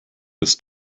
ist